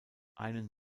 einen